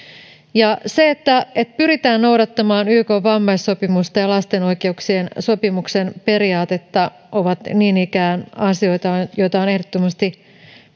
se että että pyritään noudattamaan ykn vammaissopimusta ja lapsen oikeuksien sopimuksen periaatetta ovat niin ikään asioita joita on ehdottomasti